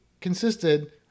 consisted